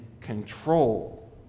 control